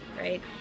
right